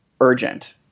urgent